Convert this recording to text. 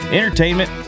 entertainment